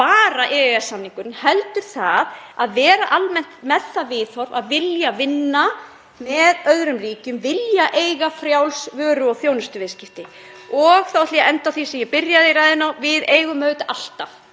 bara EES-samningurinn heldur það að vera almennt með það viðhorf að vilja vinna með öðrum ríkjum, vilja eiga frjáls vöru- og þjónustuviðskipti. (Forseti hringir.) Þá ætla ég að enda á því sem ég byrjaði ræðuna á: Við eigum auðvitað alltaf